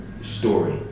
story